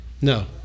No